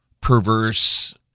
perverse